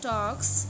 Talks